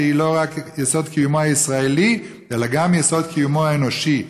שהיא לא רק יסוד קיומו הישראלי אלא גם יסוד קיומו האנושי.